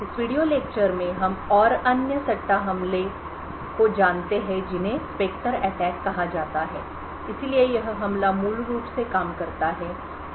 इस video lecture में हम और अन्य सट्टा हमले को जानते हैं जिन्हें स्पेक्टर अटैक कहा जाता है इसलिए यह हमला मूल रूप से काम करता है